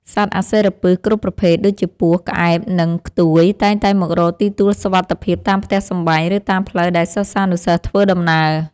សត្វអាសិរពិសគ្រប់ប្រភេទដូចជាពស់ ក្អែប និង ខ្ទួយតែងតែមករកទីទួលសុវត្ថិភាពតាមផ្ទះសម្បែង ឬតាមផ្លូវដែលសិស្សានុសិស្សធ្វើដំណើរ។